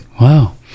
wow